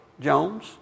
Jones